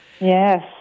Yes